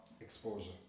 exposure